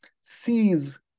sees